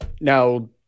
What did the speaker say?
now